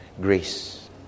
Grace